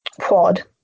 quad